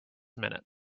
minutes